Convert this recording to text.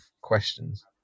questions